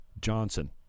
Johnson